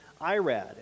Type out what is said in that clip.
Irad